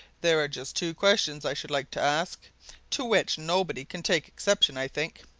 there are just two questions i should like to ask to which nobody can take exception, i think,